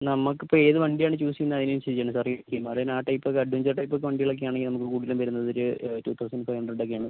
നമ്മക്ക് ഇപ്പം ഏത് വണ്ടി ആണ് ചൂസ് ചെയ്യുന്നെ അതിന് അനുസരിച്ചാണ് സാറ് ഈ ഹിമാലയൻ ആ ടൈപ്പ് ഒക്ക അഡ്വഞ്ചർ ടൈപ്പ് വണ്ടികൾ ഒക്കെ ആണെ നമുക്ക് കൂടുതൽ വരുന്നത് ഒര് ടു തൗസൻഡ് ഫൈവ് ഹണ്ട്രഡ് ഒക്കെ ആണ്